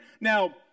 Now